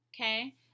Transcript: okay